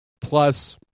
Plus